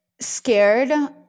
scared